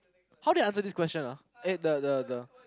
how did I answer this question ah eh the the the